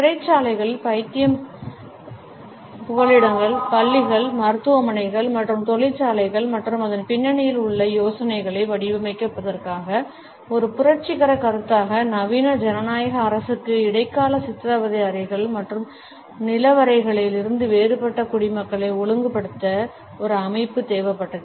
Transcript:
சிறைச்சாலைகள் பைத்தியம் புகலிடம் பள்ளிகள் மருத்துவமனைகள் மற்றும் தொழிற்சாலைகள் மற்றும் அதன் பின்னணியில் உள்ள யோசனைகளை வடிவமைப்பதற்கான ஒரு புரட்சிகர கருத்தாக நவீன ஜனநாயக அரசுக்கு இடைக்கால சித்திரவதை அறைகள் மற்றும் நிலவறைகளிலிருந்து வேறுபட்ட குடிமக்களை ஒழுங்குபடுத்த ஒரு அமைப்பு தேவைப்பட்டது